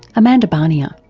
amanda barnier.